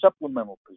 supplemental